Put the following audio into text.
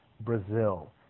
Brazil